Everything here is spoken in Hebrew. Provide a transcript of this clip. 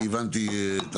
הבנתי.